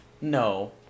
No